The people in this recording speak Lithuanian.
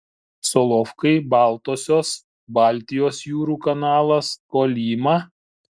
solovkai baltosios baltijos jūrų kanalas kolyma